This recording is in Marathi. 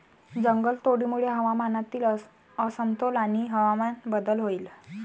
जंगलतोडीमुळे हवामानातील असमतोल आणि हवामान बदल होईल